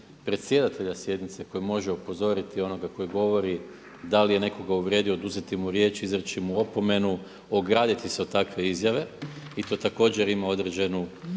predsjedatelja sjednice koji može upozoriti onoga koji govori da li je nekoga uvrijedio, oduzeti mu riječ, izreći mu opomenu, ograditi se od takve izjave i to također ima određenu